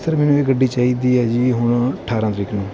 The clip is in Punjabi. ਸਰ ਮੈਨੂੰ ਇਹ ਗੱਡੀ ਚਾਹੀਦੀ ਹੈ ਜੀ ਹੁਣ ਅਠਾਰਾਂ ਤਰੀਕ ਨੂੰ